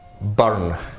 burn